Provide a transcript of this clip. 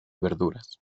verduras